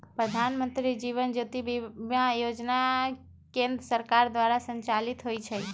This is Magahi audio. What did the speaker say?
प्रधानमंत्री जीवन ज्योति बीमा जोजना केंद्र सरकार द्वारा संचालित होइ छइ